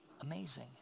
Amazing